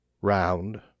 round